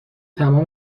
تمام